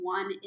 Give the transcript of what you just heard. One